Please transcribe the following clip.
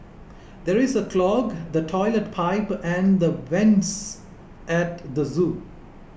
there is a clog the Toilet Pipe and the vents at the zoo